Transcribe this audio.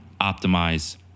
optimize